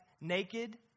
naked